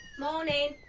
morning.